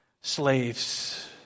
slaves